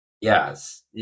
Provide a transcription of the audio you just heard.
Yes